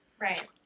Right